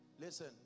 Listen